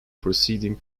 proceeding